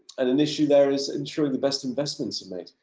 and an issue there is ensuring the best investments are made,